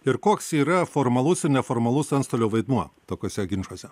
ir koks yra formalus ir neformalus antstolio vaidmuo tokiuose ginčuose